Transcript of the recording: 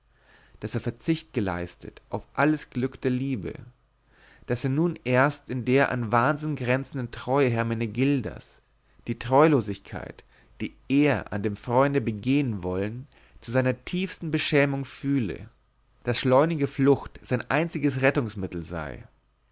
daß er verzicht geleistet auf alles glück der liebe daß er nun erst in der an wahnsinn grenzenden treue hermenegildas die treulosigkeit die er an dem freunde begehen wollen zu seiner tiefsten beschämung fühle daß schleunige flucht sein einziges rettungsmittel sei